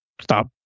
stop